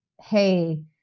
Hey